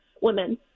women